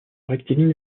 rectiligne